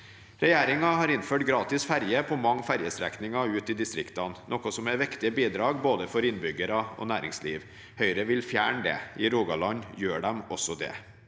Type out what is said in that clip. Regjeringen har innført gratis ferje på mange ferjestrekninger ute i distriktene, noe som er viktige bidrag for både innbyggere og næringsliv. Høyre vil fjerne det, og i Rogaland gjør de også det.